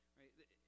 right